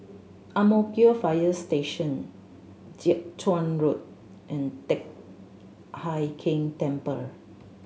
Ang Mo Kio Fire Station Jiak Chuan Road and Teck Hai Keng Temple